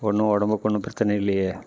ஒன்றும் உடம்புக்கு ஒன்றும் பிரச்சனை இல்லையே